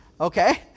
Okay